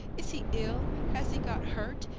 is he ill? has he got hurt?